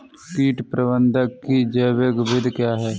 कीट प्रबंधक की जैविक विधि क्या है?